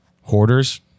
Hoarders